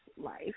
life